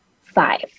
five